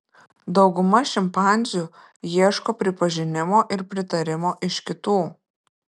dauguma šimpanzių ieško pripažinimo ir pritarimo iš kitų